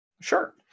Sure